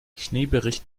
schneebericht